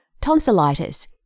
tonsillitis